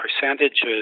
percentages